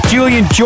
Julian